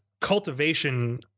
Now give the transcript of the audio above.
cultivation